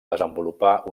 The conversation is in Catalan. desenvolupar